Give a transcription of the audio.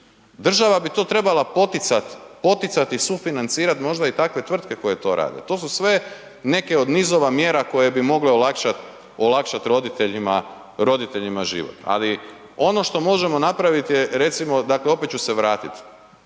Država bi to trebala poticati, poticati sufinancirati možda i takve tvrtke koje to rade. To su sve neke od nizova mjera koje bi mogle olakšati roditeljima život, ali ono što možemo napraviti je recimo dakle opet ću se vratiti,